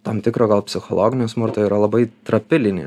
tam tikro psichologinio smurto yra labai trapi linija